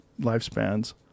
lifespans